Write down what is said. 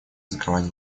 закрывать